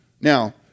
Now